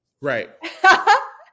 Right